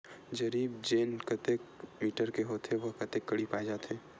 जरीब चेन कतेक मीटर के होथे व कतेक कडी पाए जाथे?